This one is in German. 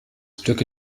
blöcke